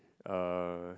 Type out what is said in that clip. uh